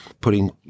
putting